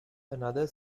another